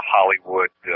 Hollywood